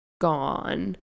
gone